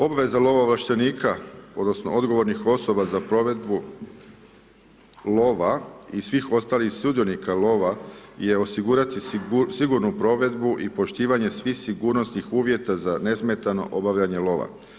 Obveza lovo ovlaštenika odnosno odgovornih osoba za provedbu lova i svih ostalih sudionika lova je osigurati sigurnu provedbu i poštivanje svih sigurnosnih uvjeta za nesmetano obavljanje lova.